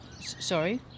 Sorry